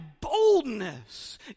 boldness